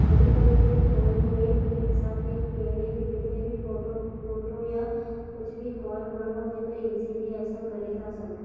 अॼुकल्ह जे फ़ोन में असांखे कहिड़े बि किथे बि फ़ोटो फ़ोटो या कुझु बि कॉल करिणो हुजे त ईज़ीली असां करे था सघूं